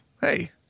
hey